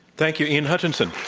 thank you, ian hutchinson.